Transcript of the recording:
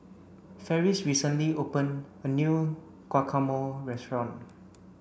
Ferris recently open a new Guacamole restaurant